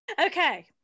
Okay